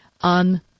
on